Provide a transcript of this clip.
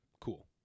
cool